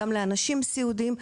גם לאנשים סיעודיים.